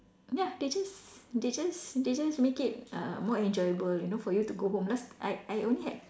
ya they just they just they just make it uh more enjoyable you know for you to go home last I I only had